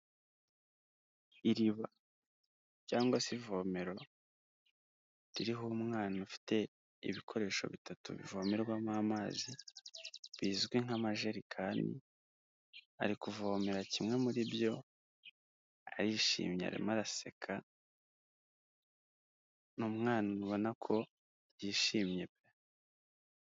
Iriba cyangwa se ivomero ririho umwana ufite ibikoresho bitatu bivomerwamo amazi bizwi nk'amajerekani, ari kuvomera kimwe muri byo, arishimye arimo araseka, ni umwana ubona ko yishimye pe.